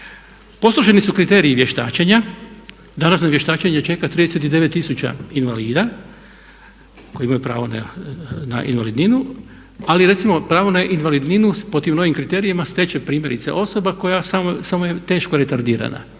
Postroženi su kriteriji vještačenja, danas na vještačenje čeka 39 000 invalida koji imaju pravo na invalidninu. Ali recimo pravo na invalidninu po tim novim kriterijima stječe primjerice osoba koja samo je teško retardirana,